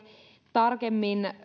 tarkemmin